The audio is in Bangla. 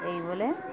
এই বলে